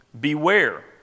Beware